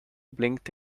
blinked